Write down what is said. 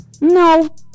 No